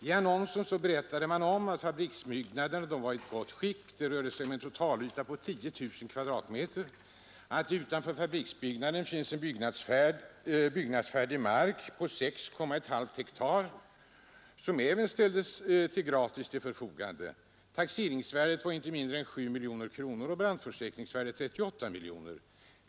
I annonsen berättades att fabriksbyggnaderna var i gott skick, att det rörde sig om en totalyta av 10 000 kvm och att det utanför fabriksbyggnaden fanns en byggnadsfärdig mark om 6,5 hektar, som även ställdes gratis till förfogande. Taxeringsvärdet var inte mindre än 7 miljoner kronor och brandförsäkringsvärdet 38 miljoner kronor.